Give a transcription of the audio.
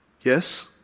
Yes